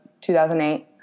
2008